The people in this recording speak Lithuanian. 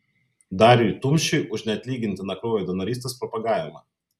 dariui tumšiui už neatlygintiną kraujo donorystės propagavimą